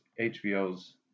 HBO's